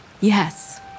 yes